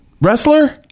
Wrestler